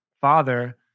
father